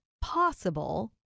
possible